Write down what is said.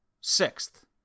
sixth